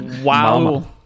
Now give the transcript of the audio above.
Wow